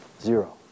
Zero